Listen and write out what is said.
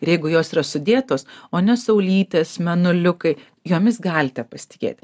ir jeigu jos yra sudėtos o ne saulytės mėnuliukai jomis galite pasitikėti